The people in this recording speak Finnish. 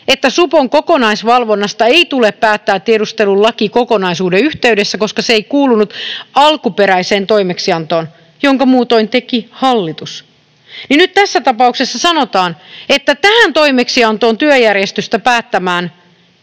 jos supon kokonaisvalvonnasta ei tule päättää tiedustelulakikokonaisuuden yhteydessä, koska se ei kuulunut alkuperäiseen toimeksiantoon, jonka muutoin teki hallitus. Ja nyt tässä tapauksessa sanotaan, että tähän toimeksiantoon työjärjestyksestä päättämiseen